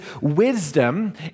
wisdom